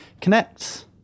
Connect